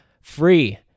free